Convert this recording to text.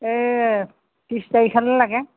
এই ত্ৰিছ তাৰিখলৈ লাগে